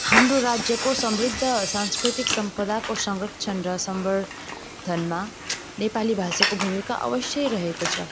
हाम्रो राज्यको समृद्ध सांस्कृतिक सम्पदाको संरक्षण र सम्वर्धनमा नेपाली भाषाको भूमिका अवश्य रहेको छ